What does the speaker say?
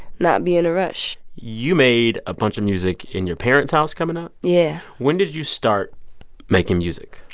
not be in a rush you made a bunch of music in your parents' house coming up yeah when did you start making music?